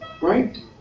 right